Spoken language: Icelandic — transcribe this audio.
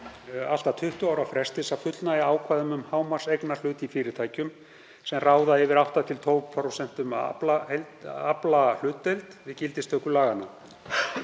allt að 20 ára frest til þess fullnægja ákvæðum um hámarkseignarhlut í fyrirtækjum sem ráða yfir 8–12% af aflahlutdeild við gildistöku laganna.